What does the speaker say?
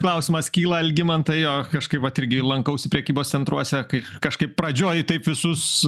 klausimas kyla algimantai jo kažkaip vat irgi lankausi prekybos centruose kai kažkaip pradžioj taip visus